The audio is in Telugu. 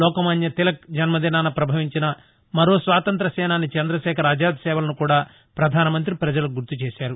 లోకమాన్య తిలక్ జన్మదినాన పభవించిన మరో స్వాతంత్ర్య సేనాని చందశేఖర్ ఆజాద్ సేవలను కూడా ప్రధానమంత్రి ప్రజలకు గుర్తు చేశారు